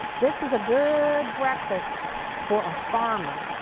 this was a good breakfast for a farmer.